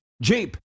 Jeep